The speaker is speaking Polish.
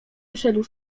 wyszedł